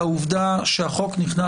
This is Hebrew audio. ממש במספר מילים לחוק שנכנס